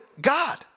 God